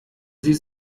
sie